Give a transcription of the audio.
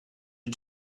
you